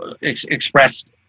expressed